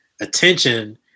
attention